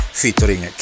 featuring